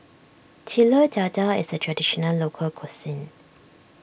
Telur Dadah is a Traditional Local Cuisine